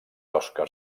oscar